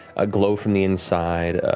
a glow from the inside,